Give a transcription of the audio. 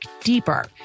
deeper